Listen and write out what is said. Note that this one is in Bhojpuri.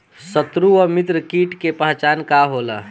सत्रु व मित्र कीट के पहचान का होला?